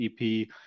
EP